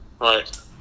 Right